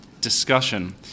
discussion